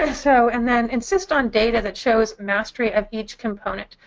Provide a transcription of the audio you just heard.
and so and then insist on data that shows mastery of each component.